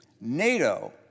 NATO